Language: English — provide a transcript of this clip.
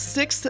six